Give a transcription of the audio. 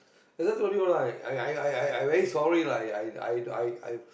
I just told you right I I I I I very sorry lah I I I I